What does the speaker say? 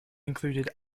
included